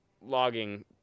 logging